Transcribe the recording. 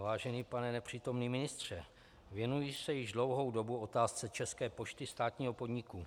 Vážený pane nepřítomný ministře, věnuji se již dlouhou dobu otázce České pošty, státního podniku.